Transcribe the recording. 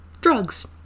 drugs